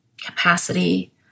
capacity